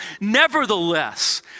Nevertheless